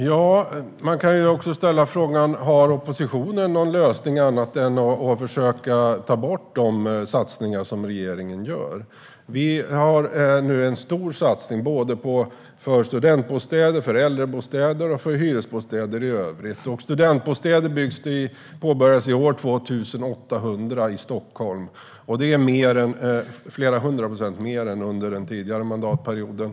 Herr talman! Man kan också ställa frågan om oppositionen har någon lösning annat än att försöka ta bort de satsningar som regeringen gör. Vi gör nu en stor satsning på såväl studentbostäder och äldrebostäder som hyresbostäder i övrigt. Det påbörjas i år 2 800 studentbostäder i Stockholm, och det är flera hundra procent mer än under den förra mandatperioden.